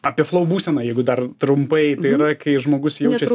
apie flou būseną jeigu dar trumpai tai yra kai žmogus jaučias